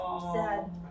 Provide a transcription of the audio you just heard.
Sad